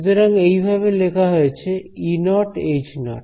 সুতরাং এইভাবে লেখা হয়েছে E0 H0